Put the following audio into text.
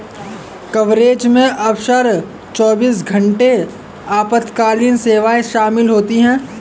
coverage में अक्सर चौबीस घंटे आपातकालीन सेवाएं शामिल होती हैं